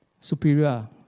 Superior